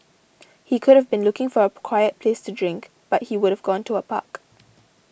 he could have been looking for a quiet place to drink but he would've gone to a park